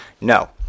No